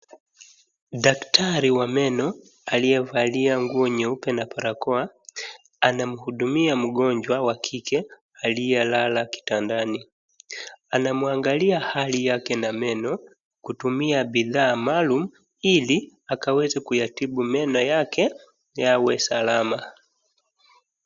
Daktari wa meno aliyevalia nguo nyeupe na barakoa, anamhudumia mgonjwa wa kike alilala kitandani. Anamwangalia hali yake na meno kutumia bidhaa maalum ili akaweze kutibu meno yake yawe salama.